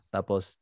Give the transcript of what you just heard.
Tapos